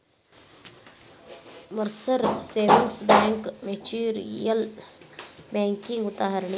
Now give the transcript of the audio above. Mercer savings bank mutual ಬ್ಯಾಂಕಿಗಿ ಉದಾಹರಣಿ